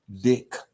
Dick